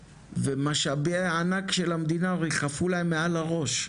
ומשאבי הענק של המדינה ריחפו להם מעל הראש,